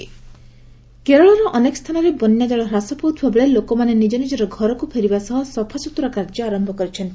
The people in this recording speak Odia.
ରେନ୍ କେରଳ କେରଳର ଅନେକ ସ୍ଥାନରେ ବନ୍ୟାଜଳ ହ୍ରାସ ପାଉଥିବା ବେଳେ ଲୋକମାନେ ନିଜ ନିଜର ଘରକୁ ଫେରିବା ସହ ସଫାସୁତୁରା କାର୍ଯ୍ୟ ଆରମ୍ଭ କରିଛନ୍ତି